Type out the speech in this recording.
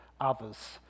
others